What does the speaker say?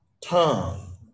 tongue